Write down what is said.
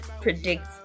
predict